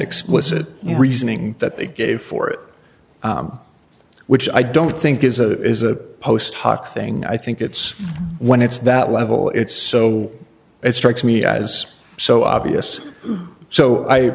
explicit reasoning that they gave for it which i don't think is a is a post hoc thing i think it's when it's that level it's so it strikes me as so obvious so i